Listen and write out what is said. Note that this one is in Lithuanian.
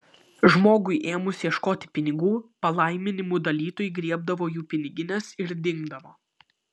žmogui ėmus ieškoti pinigų palaiminimų dalytojai griebdavo jų pinigines ir dingdavo